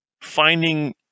finding